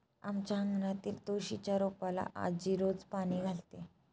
आमच्या अंगणातील तुळशीच्या रोपाला आजी रोज पाणी घालते